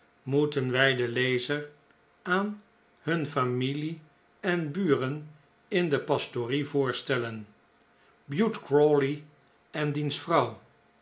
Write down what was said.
p den lezer aan hun familie en buren in de pastorie voorstellen bute crawley en p p diens vrouw